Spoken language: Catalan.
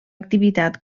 activitat